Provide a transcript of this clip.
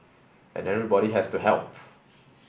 and everybody has to help